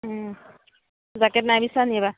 jacket নাই বিচৰা নেকি এইবাৰ